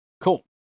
Cool